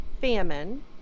Famine